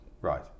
Right